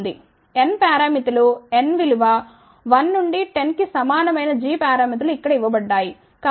N పారామితులు N విలువ 1 నుండి 10 కి సమానమైన g పారామితులు ఇక్కడ ఇవ్వబడ్డాయి